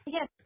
Yes